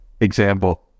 example